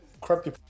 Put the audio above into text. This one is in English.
crappy